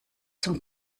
zum